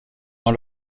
dans